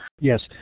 Yes